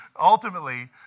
Ultimately